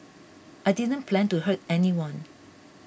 a didn't plan to hurt anyone